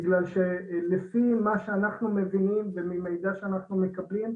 בגלל שלפי מה שאנחנו מבינים וממידע שאנחנו מקבלים,